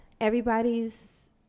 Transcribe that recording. everybody's